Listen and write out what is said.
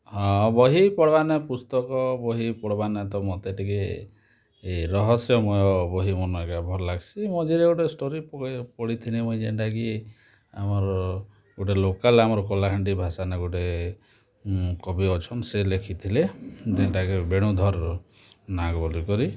ହଁ ବହି ପଢ଼ାବାର୍ନେ ପୁସ୍ତକ ବହି ପଢ଼ାବାର୍ନେ ତ ମତେ ଟିକେ ଏ ରହସ୍ୟମୟ ବହିମାନେ ଏକା ଭଲ୍ ଲାଗ୍ସି ମଝିରେ ଗୁଟେ ଷ୍ଟୋରୀ ବହି ପଢ଼ିଥିଲି ମୁଇଁ ଯେନ୍ଟା କି ଆମର୍ ଗୁଟେ ଲୋକାଲ୍ ଆମର୍ କଳାହାଣ୍ଡି ଭାଷାନେ ଗୁଟେ କବି ଅଛନ୍ ସେ ଲେଖିଥିଲେ ଯେନ୍ଟାକି ବେଣୁଧର୍ ନାଗ୍ ବୋଲିକରି